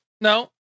no